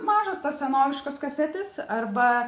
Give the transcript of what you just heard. mažos tos senoviškos kasetės arba